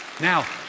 Now